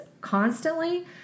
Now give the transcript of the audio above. constantly